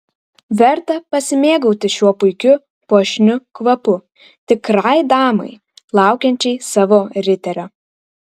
verta pasimėgauti šiuo puikiu puošniu kvapu tikrai damai laukiančiai savo riterio